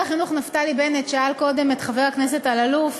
שר החינוך נפתלי בנט שאל קודם את חבר הכנסת אלאלוף: